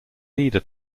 leader